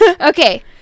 Okay